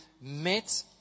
met